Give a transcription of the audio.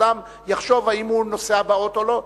אדם יחשוב אם הוא נוסע באוטו או לא.